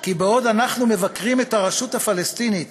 כי בעוד אנחנו מבקרים את הרשות הפלסטינית